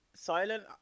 silent